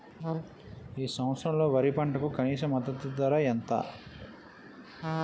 ఈ సంవత్సరంలో వరి పంటకు కనీస మద్దతు ధర ఎంత?